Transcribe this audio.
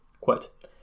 Quote